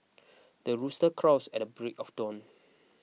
the rooster crows at the break of dawn